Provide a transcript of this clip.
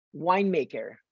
winemaker